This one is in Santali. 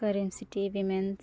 ᱠᱚᱨᱤᱢᱥᱤᱴᱤ